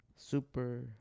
Super